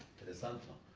the center?